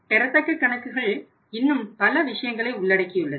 ஆனால் பெறத்தக்க கணக்குகள் இன்னும் பல விஷயங்களை உள்ளடக்கியுள்ளது